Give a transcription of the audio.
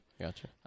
gotcha